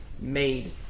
made